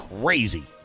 crazy